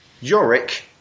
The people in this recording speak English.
Yorick